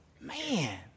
Man